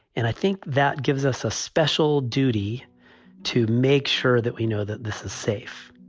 and i think that gives us a special duty to make sure that we know that this is safe